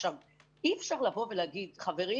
עכשיו, אי-אפשר לבוא ולהגיד: חברים